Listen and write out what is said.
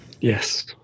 Yes